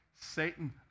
Satan